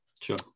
sure